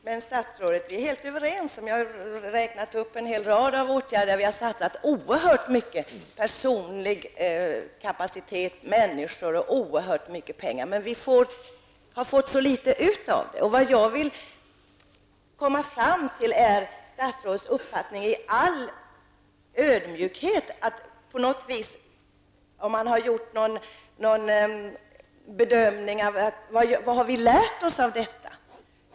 Herr talman! Men, statsrådet, vi är helt överens. Det har räknats upp en hel rad åtgärder som innebär att det har satsats oerhört mycket personlig kapacitet, människor och oerhört mycket pengar. Men vi har fått ut så litet av det. Vad jag i all ödmjukhet vill komma fram till är statsrådets uppfattning om huruvida han har gjort någon bedömning av vad vi har lärt oss av detta.